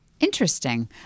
Interesting